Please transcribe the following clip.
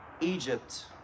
Egypt